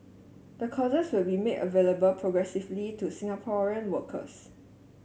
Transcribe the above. the courses will be made available progressively to Singaporean workers